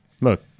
Look